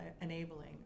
enabling